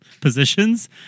positions